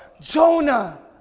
Jonah